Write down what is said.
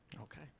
Okay